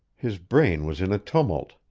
his brain was in a tumult.